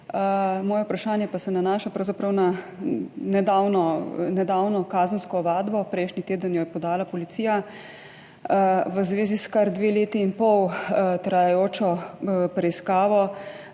Moje vprašanje se nanaša na nedavno kazensko ovadbo, prejšnji teden jo je podala policija, v zvezi s kar dve leti in pol trajajočo preiskavo